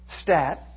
stat